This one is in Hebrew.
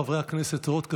חברי הכנסת רוט,